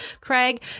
Craig